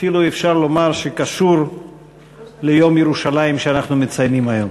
אפילו אפשר לומר שזה קשור ליום ירושלים שאנחנו מציינים היום.